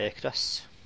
Chris